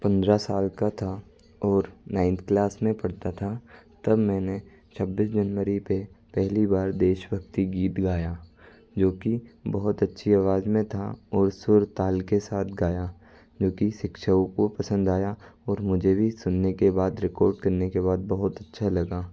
पंद्रह साल का था और नाइंथ क्लास में पढ़ता था तब मैंने छब्बीस जनवरी पे पहली बार देशभक्ति गीत गाया जो कि बहुत अच्छी आवाज में था और सुर ताल के साथ गया जो कि शिक्षकों को पसंद आया और मुझे भी सुनने के बाद रिकॉर्ड करने के बाद बहुत अच्छा लगा